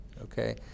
okay